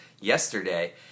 yesterday